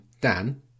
Dan